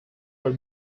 are